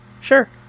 Sure